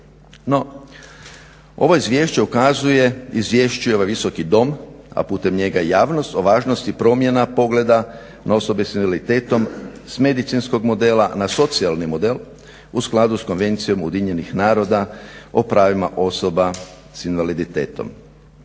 No, ovo izvješće ukazuje, izvješćuje ovaj visoki dom a putem njega i javnost o važnosti promjena pogleda na osobe sa invaliditetom s medicinskog modela na socijalni model u skladu s Konvencijom UN-a o pravima osoba s invaliditetom.